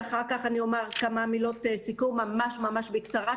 ואחר כך אומר כמה מילות סיכום ממש בקצרה,